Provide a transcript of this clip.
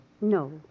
No